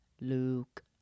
Luke